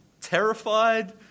terrified